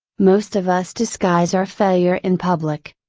most of us disguise our failure in public.